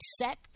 set